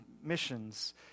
missions